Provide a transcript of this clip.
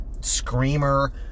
screamer